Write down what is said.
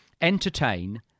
Entertain